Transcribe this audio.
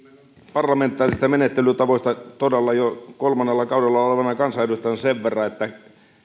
parlamentaarisista menettelytavoista todella jo kolmannella kaudella olevana kansanedustajana sen verran että